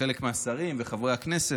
חלק מהשרים וחברי הכנסת,